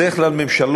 בדרך כלל ממשלות